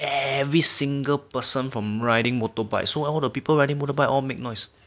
every single person from riding motorbike so all the people riding motorbike or make noise